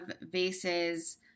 vases